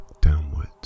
downwards